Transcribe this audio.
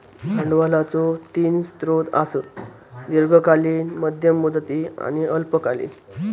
भांडवलाचो तीन स्रोत आसत, दीर्घकालीन, मध्यम मुदती आणि अल्पकालीन